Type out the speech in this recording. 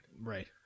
Right